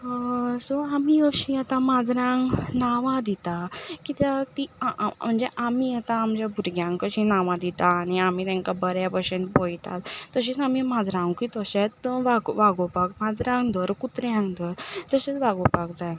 so आमी अशीं आतां माजरांक नांवां दिता कित्याक तीं म्हणजे आमी आतां आमच्या भुरग्यांक कशीं नांवां दिता आनी आमी तेंकां बऱ्या भशेन पयता तशेंच आमी माजरांकूय तशेंच वाग वागोवपाक माजरांक धर कुत्र्यांक धर तशेंच वागोवपाक जाय